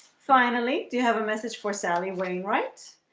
finally do you have a message for sally wainwright?